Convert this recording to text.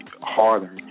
harder